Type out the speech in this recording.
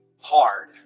hard